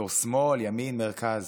בתור שמאל, ימין, מרכז